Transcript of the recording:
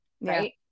right